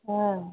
हॅं